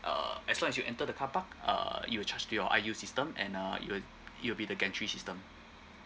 uh as long as you enter the carpark uh it'll charge to your I_U system and uh it'll it'll be the gantry system